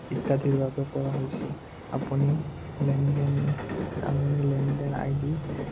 ইত্যাদিৰ বাবে কৰা হৈছিল আপুনি লেনদেনৰ আই ডি